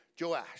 Joash